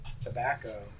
tobacco